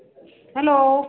hello